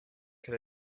can